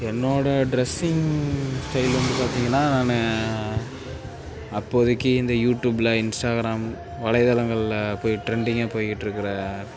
என்னோடய dressing style வந்து பார்த்தீங்கன்னா நான் அப்போதைக்கி இந்த யூடூப்பில் இன்ஸ்டாகிராம் வலைதளங்களில் போய் ட்ரெண்டிங்காக போயிக்கிட்டிருக்கற